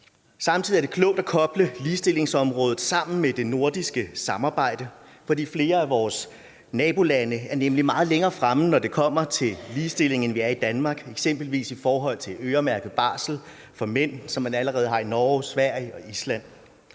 Samtidig er det klogt at koble ligestillingsområdet sammen med det nordiske samarbejde, for flere af vores nabolande er nemlig meget længere fremme, når det kommer til ligestilling, end vi er i Danmark, eksempelvis i forhold til øremærket barsel for mænd, som man allerede har i Norge, Sverige og Island.